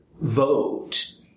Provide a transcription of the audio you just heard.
vote